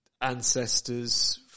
ancestors